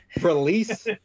Release